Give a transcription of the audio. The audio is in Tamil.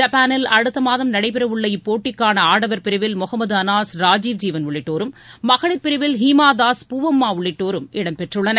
ஜப்பானில் அடுத்த மாதம் நடைபெறவுள்ள இப்போட்டிக்கான ஆடவர் பிரிவில் முகமது அனாஸ் ராஜீவ் ஜீவன் உள்ளிட்டோரும் மகளிர் பிரிவில் ஹீமா தாஸ் பூவம்மா உள்ளிட்டோரும் இடம் பெற்றுள்ளார்